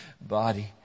body